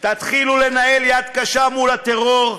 תתחילו לנהל יד קשה מול הטרור.